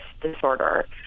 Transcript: disorder